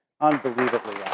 unbelievably